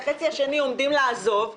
החצי השני עומד לעזוב,